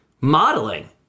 modeling